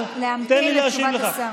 אני מבקשת להמתין לתשובת השר.